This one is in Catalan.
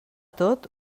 tot